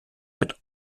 mit